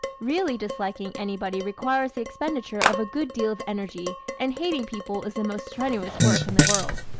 really disliking anybody requires the expenditure of a good deal of energy and hating people is the most strenuous work in the world.